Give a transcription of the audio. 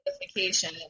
notification